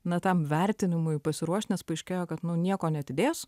na tam vertinimui pasiruošt nes paaiškėjo kad nu nieko neatidės